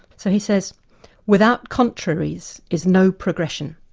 so he says without contraries is no progression.